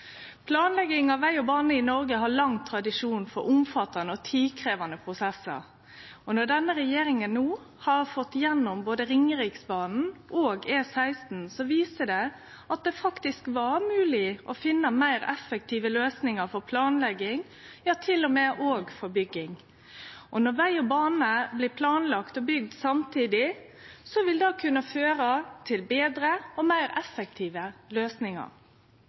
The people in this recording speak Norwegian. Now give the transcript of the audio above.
bane i Noreg har lang tradisjon for omfattande og tidkrevjande prosessar. Når denne regjeringa no har fått gjennom både Ringeriksbanen og E16, viser det at det faktisk var mogleg å finne meir effektive løysingar for planlegging, ja til og med òg for bygging. Når veg og bane blir planlagde og bygde samtidig, vil det kunne føre til betre og meir effektive løysingar.